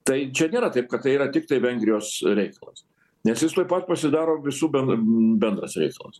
tai čia nėra taip kad tai yra tiktai vengrijos reikalas nes jis tuoj pat pasidaro visų ben bendras reikalas